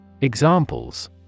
Examples